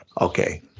Okay